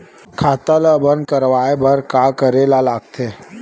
खाता ला बंद करवाय बार का करे ला लगथे?